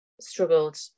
struggled